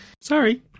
Sorry